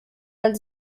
weil